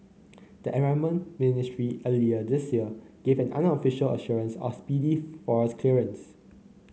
the environment ministry earlier this year gave an unofficial assurance of speedy forest clearance